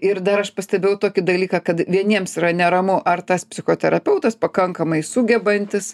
ir dar aš pastebėjau tokį dalyką kad vieniems yra neramu ar tas psichoterapeutas pakankamai sugebantis